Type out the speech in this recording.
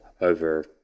over